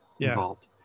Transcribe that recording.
involved